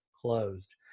closed